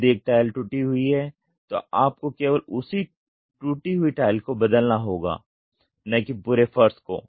यदि एक टाइल टूटी हुई है तो आपको केवल उस टूटी हुई टाइल को बदलना होगा न कि पुरे फर्श को